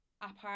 apart